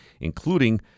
including